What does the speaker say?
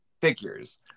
figures